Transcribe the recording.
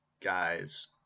guys